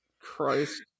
Christ